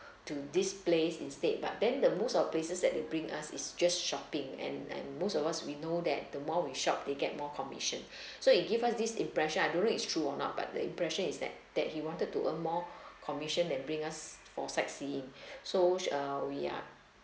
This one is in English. to this place instead but then the most of places that they bring us is just shopping and and most of us we know that the more we shop they get more commission so it give us this impression I don't know it's true or not but the impression is that that he wanted to earn more commission that bring us for sightseeing so uh we are